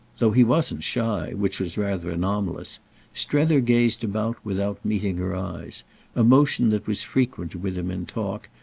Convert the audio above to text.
though he wasn't shy which was rather anomalous strether gazed about without meeting her eyes a motion that was frequent with him in talk,